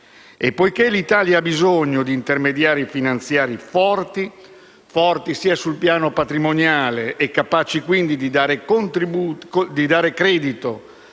e poiché l'Italia ha bisogno di intermediari finanziari forti sul piano patrimoniale, capaci quindi di dare credito,